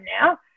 now